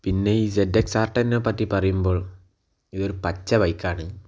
പിന്നെ ഇസഡ്എക്സ്ആർ ടെന്നിനെ പറ്റി പറയുമ്പോൾ ഇതൊരു പച്ച ബൈക്കാണ്